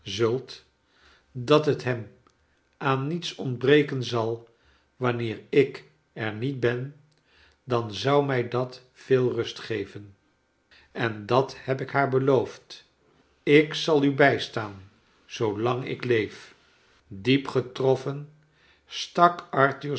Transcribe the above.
dat t hem aan niets ontbreken zal wanneer ik er niet ben dan zou mij dat veel rust geven en dat heb ik haar beloofd ik zal u bijstaan zoo lang ik leef diep getroffen stak arthur